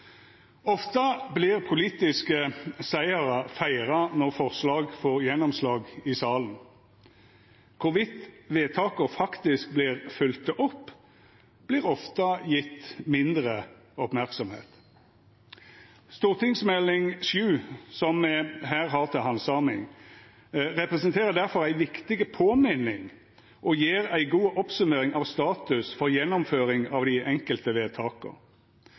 Ofte vert politiske sigrar feira når forslag får gjennomslag i salen. I kva grad vedtaka faktisk vert følgde opp, vert ofte gjeve mindre merksemd. Meld. St. 7, som me her har til handsaming, representerer difor ei viktig påminning og gjev ei god oppsummering av status for gjennomføring av dei enkelte vedtaka.